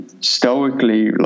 stoically